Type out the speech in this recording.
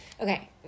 okay